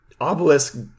Obelisk